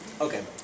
Okay